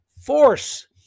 force